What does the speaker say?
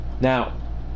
Now